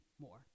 more